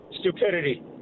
Stupidity